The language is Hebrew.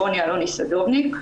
רוני אלוני סדובניק.